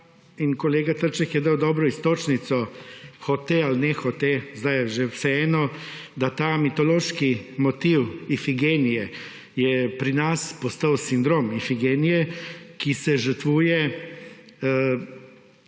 kolega Trček je dal dobro iztočnico hote ali ne hote sedaj je že vseeno, da ta mitološki motiv Ifigenije je pri nas postal sindrom Ifigenije, ki se žrtvuje to